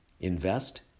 invest